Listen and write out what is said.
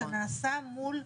שנעשה מול,